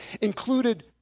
included